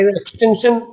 extension